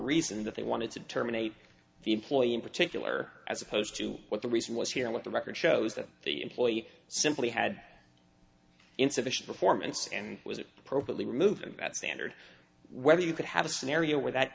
reason that they wanted to terminate the employee in particular as opposed to what the reason was here what the record shows that the employee simply had insufficient performance and was probably removing that standard whether you could have a scenario where that